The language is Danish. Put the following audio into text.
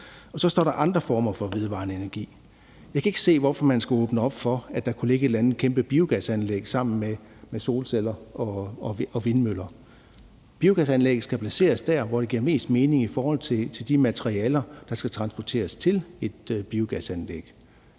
Og så står der »andre former for vedvarende energi«. Jeg kan ikke se, hvorfor man skulle åbne op for, at der kunne ligge et eller andet kæmpe biogasanlæg sammen med solceller og vindmøller. Biogasanlæg skal placeres der, hvor det giver mest mening i forhold til de materialer, der skal transporteres til et biogasanlæg.